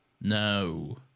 No